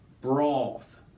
Broth